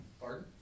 Pardon